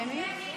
שמית?